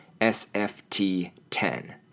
SFT10